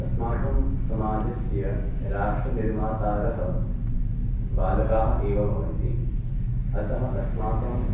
अस्माकं समाजस्य राष्ट्रनिर्मातारः बालकाः एव भवन्ति अतः अस्माकं